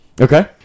Okay